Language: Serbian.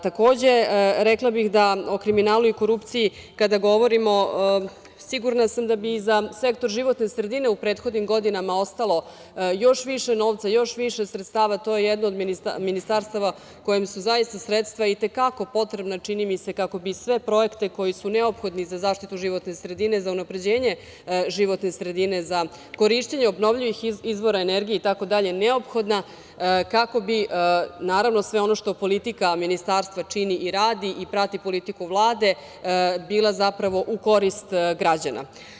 Takođe, rekla bih da o kriminalu i korupciji, kada govorimo sigurna sam da bi za sektor životne sredine u prethodnim godinama ostalo još više novca, još više sredstava, to je jedno od ministarstava kojem su zaista sredstva itekako potrebna, čini mi se kako bi sve projekte koji su neophodni za zaštitu životne sredine, za unapređenje životne sredine, za korišćenje obnovljivih izvora energije itd. neophodna kako bi naravno, sve ono što politika ministarstva čini i radi i prati politiku Vlade bila zapravo u korist građana.